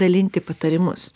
dalinti patarimus